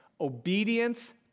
obedience